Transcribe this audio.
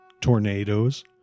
tornadoes